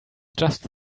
just